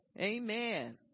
Amen